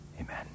amen